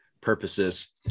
purposes